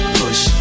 push